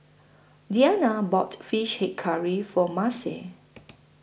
Deanna bought Fish Head Curry For Marcie